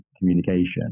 communication